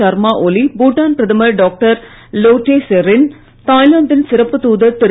சர்மா ஒலி பூட்டான் பிரதமர் டாக்டர் லோட்டே செரின் தாய்லாந்தின் சிறப்பு தூதர் திரு